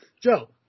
Joe